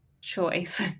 choice